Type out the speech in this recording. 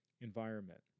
environment